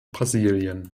brasilien